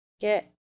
get